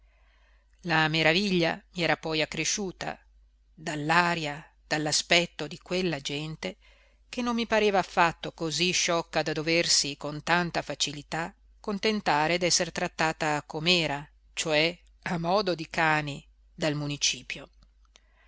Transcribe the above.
la meraviglia mi era poi accresciuta dall'aria dall'aspetto di quella gente che non mi pareva affatto cosí sciocca da doversi con tanta facilità contentare d'esser trattata com'era cioè a modo di cani dal municipio